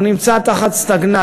הוא נמצא בסטגנציה.